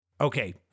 Okay